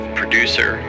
producer